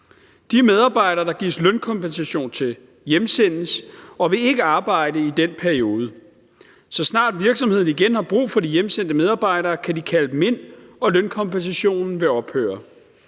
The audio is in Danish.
De medarbejdere, der gives lønkompensation til, hjemsendes og vil ikke arbejde i den periode. Så snart virksomheden igen har brug for de hjemsendte medarbejdere, kan de kalde dem ind, og lønkompensationen vil ophøre.